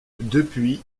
depuis